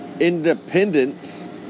independence